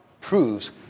proves